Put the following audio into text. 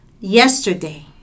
yesterday